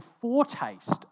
foretaste